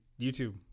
YouTube